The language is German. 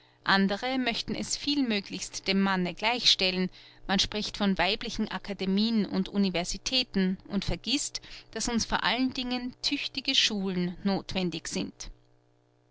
andere möchten es vielmöglichst dem manne gleichstellen man spricht von weiblichen akademien und universitäten und vergißt daß uns vor allen dingen tüchtige schulen nothwendig sind